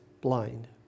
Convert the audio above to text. blind